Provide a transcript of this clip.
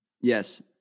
Yes